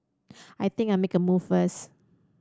I think I make move first